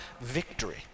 victory